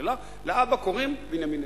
לאבא קוראים בנימין נתניהו.